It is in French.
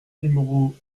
numéro